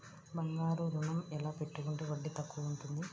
బంగారు ఋణం ఎలా పెట్టుకుంటే వడ్డీ తక్కువ ఉంటుంది?